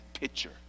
picture